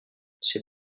c’est